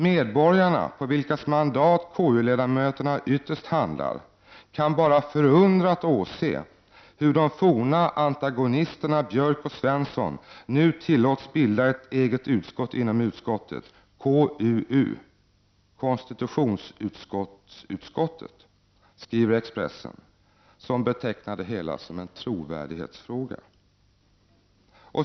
Medborgarna, på vilkas mandat KU-ledamöterna ytterst handlar, kan bara förundrat åse hur de forna antagonisterna Björck och Svensson nu tillåts bilda ett eget utskott inom utskottet: KUU, konstitutionsutskottsutskottet, skriver Expressen, som betecknar hela ärendet som en stor trovärdighetsfråga.